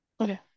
Okay